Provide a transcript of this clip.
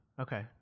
okay